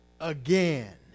again